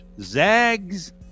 Zags